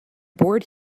board